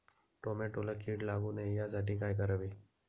टोमॅटोला कीड लागू नये यासाठी काय करावे?